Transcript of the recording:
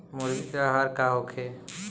मुर्गी के आहार का होखे?